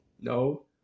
No